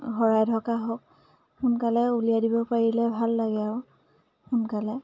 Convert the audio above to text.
শৰাই ঢকা হওক সোনকালে উলিয়াই দিব পাৰিলে ভাল লাগে আৰু সোনকালে